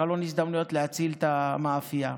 חלון הזדמנויות להציל את המאפייה.